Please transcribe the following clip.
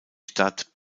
stadt